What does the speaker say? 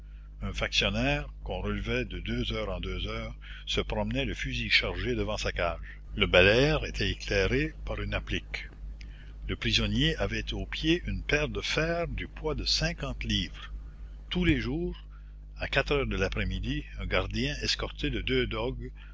un factionnaire qu'on relevait de deux heures en deux heures se promenait le fusil chargé devant sa cage le bel air était éclairé par une applique le prisonnier avait aux pieds une paire de fers du poids de cinquante livres tous les jours à quatre heures de l'après-midi un gardien escorté de deux dogues